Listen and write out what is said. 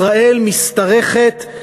ישראל משתרכת,